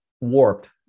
warped